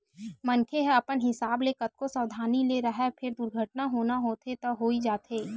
मनखे ह अपन हिसाब ले कतको सवधानी ले राहय फेर दुरघटना होना होथे त होइ जाथे